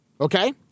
okay